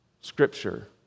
Scripture